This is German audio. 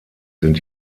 sind